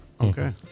Okay